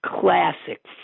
Classic